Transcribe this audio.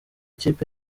kipe